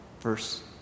verse